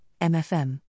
MFM